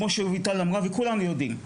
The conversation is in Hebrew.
כמו שרויטל אמרה וכולם יודעים,